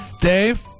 Dave